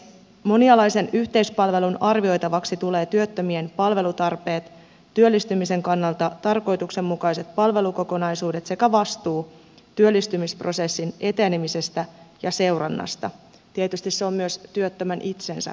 monialaisen yhteispalvelun arvioitavaksi tulee työttömien palvelutarpeet työllistymisen kannalta tarkoituksenmukaiset palvelukokonaisuudet sekä vastuu työllistymisprosessin etenemisestä ja seurannasta tietysti se on myös työttömän itsensä vastuu